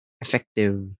Effective